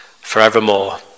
forevermore